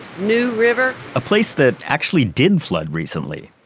new river a place that actually did flood recently,